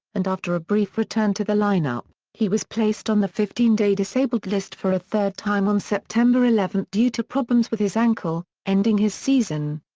and after a brief return to the lineup, he was placed on the fifteen day disabled list for a third time on september eleven due to problems with his ankle, ankle, ending his season.